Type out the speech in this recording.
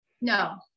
No